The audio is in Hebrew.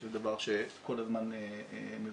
שזה דבר שכל הזמן מבקשים,